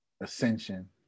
ascension